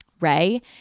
Ray